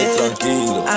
tranquilo